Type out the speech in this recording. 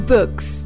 Books